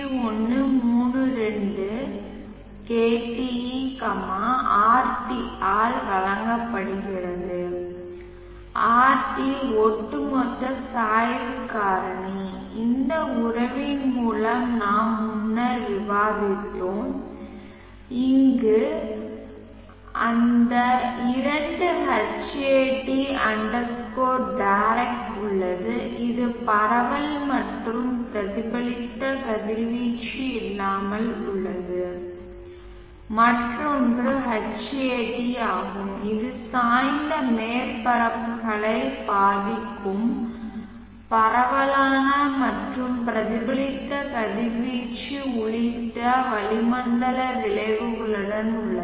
132 kte rtஆல் வழங்கப்படுகிறது rt ஒட்டுமொத்த சாய்வு காரணி இந்த உறவின் மூலம் நாம் முன்னர் விவாதித்தோம் இருந்து அங்கு இந்த 2hat direct உள்ளது இது பரவல் மற்றும் பிரதிபலித்த கதிர்வீச்சு இல்லாமல் உள்ளது மற்றொன்று Hat ஆகும் இது சாய்ந்த மேற்பரப்புகளை பாதிக்கும் பரவலான மற்றும் பிரதிபலித்த கதிர்வீச்சு உள்ளிட்ட வளிமண்டல விளைவுகளுடன் உள்ளது